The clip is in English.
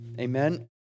Amen